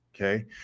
Okay